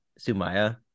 sumaya